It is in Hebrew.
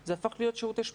זה שירותי שמרטפות.